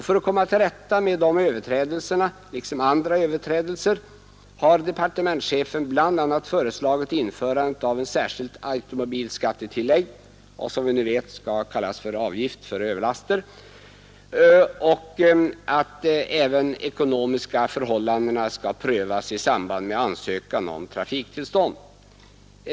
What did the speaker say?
För att komma till rätta med dessa överträdelser liksom andra överträdelser har departementschefen bl.a. föreslagit att ett särskilt automobilskattetillägg, som skall kallas avgift för överlast, skall införas och även de ekonomiska förhållandena skall prövas i samband med ansökan om trafiktillstånd.